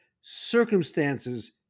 circumstances